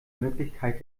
möglichkeit